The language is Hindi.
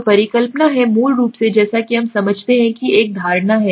तो परिकल्पना है मूल रूप से जैसा कि हम समझते हैं कि एक धारणा है